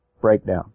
breakdown